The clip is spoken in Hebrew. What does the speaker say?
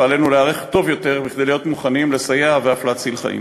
ועלינו להיערך טוב יותר כדי להיות מוכנים לסייע ואף להציל חיים.